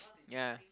ya